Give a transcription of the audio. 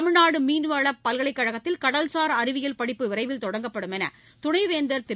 தமிழ்நாடு மீன்வள பல்கலைக் கழகத்தில் கடல்சார் அறிவியல் படிப்பு விரைவில் தொடங்கப்படும் என்று துணைவேந்தர் திரு